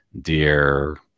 Dear